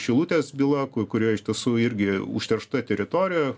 šilutės byla kurioj iš tiesų irgi užterštoje teritorijoje